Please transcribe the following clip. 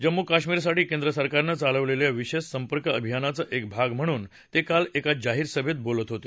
जम्मू काश्मीरसाठी केंद्र सरकारनं चालवलेल्या विशेष संपर्क अभियानाचा एक भाग म्हणून ते काल एका जाहीर सभेत बोलत होते